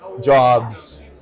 jobs